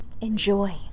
Enjoy